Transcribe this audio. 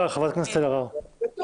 חברת הכנסת אלהרר, בבקשה.